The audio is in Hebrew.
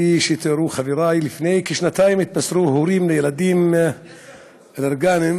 לפני כשנתיים התבשרו הורים לילדים אלרגיים,